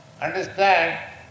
understand